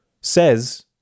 says